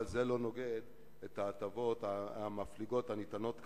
אבל זה לא נוגד את עניין ההטבות המפליגות הניתנות כיום,